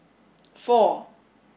four